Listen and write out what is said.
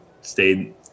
stayed